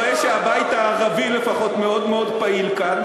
אני רואה שהבית הערבי לפחות מאוד מאוד פעיל כאן.